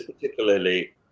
particularly